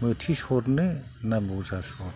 मथि सरनो ना बजा सरनो